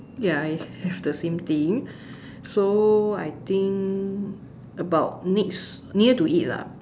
ya I have the same thing so I think about next near to it lah